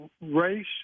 race